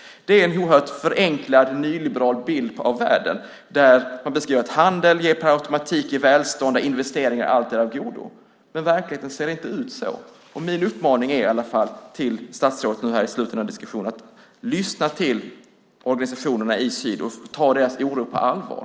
Det är en oerhört förenklad och nyliberal bild av världen där man beskriver att handel per automatik ger välstånd och att investeringar alltid är av godo. Men verkligheten ser inte ut så. Min uppmaning till statsrådet i slutet av denna diskussion är att hon ska lyssna till organisationerna i syd och ta deras oro på allvar.